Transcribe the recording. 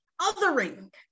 othering